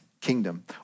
kingdom